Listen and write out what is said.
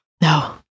No